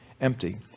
empty